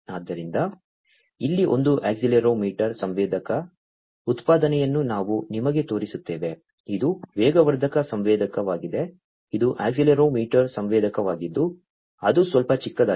ಆದ್ದರಿಂದ ಇಲ್ಲಿ ಒಂದು ಅಕ್ಸೆಲೆರೊಮೀಟರ್ ಸಂವೇದಕದ ಉದಾಹರಣೆಯನ್ನು ನಾನು ನಿಮಗೆ ತೋರಿಸುತ್ತೇನೆ ಇದು ವೇಗವರ್ಧಕ ಸಂವೇದಕವಾಗಿದೆ ಇದು ಅಕ್ಸೆಲೆರೊಮೀಟರ್ ಸಂವೇದಕವಾಗಿದ್ದು ಅದು ಸ್ವಲ್ಪ ಚಿಕ್ಕದಾಗಿದೆ